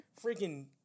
freaking